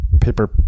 paper